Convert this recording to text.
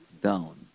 down